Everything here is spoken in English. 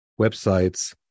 websites